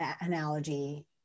analogy